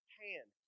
hand